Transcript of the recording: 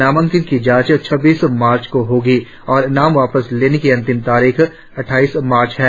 नामांकन की जांच छब्बीस मार्च को होगी और नाम वापस लेने की अंतिम तारीख अट्ठाईस मार्च है